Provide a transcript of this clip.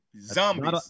Zombies